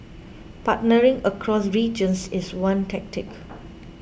partnering across regions is one tactic